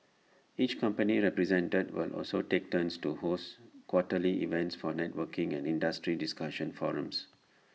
each company represented will also take turns to host quarterly events for networking and industry discussion forums